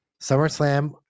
SummerSlam